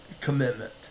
commitment